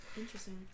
interesting